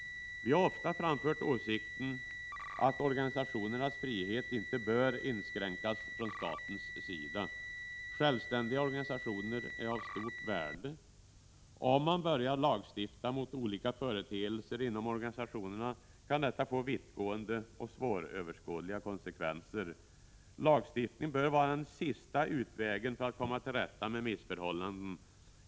Vi har ofta framfört åsikten att organisationernas frihet inte bör inskränkas av staten. Självständiga organisationer är av stort värde. En lagstiftning mot olika företeelser inom organisationerna kan få vittgående och svåröverskådliga konsekvenser. Lagstiftning bör därför vara den sista utvägen för att komma till rätta med olika missförhållanden.